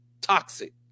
Toxic